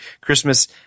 Christmas